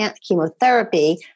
chemotherapy